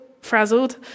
frazzled